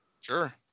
Sure